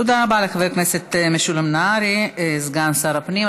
תודה רבה לחבר הכנסת משולם נהרי, סגן שר הפנים.